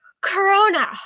Corona